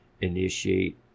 Initiate